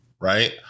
right